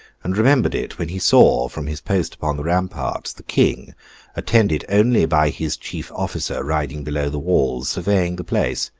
and remembered it when he saw, from his post upon the ramparts, the king attended only by his chief officer riding below the walls surveying the place.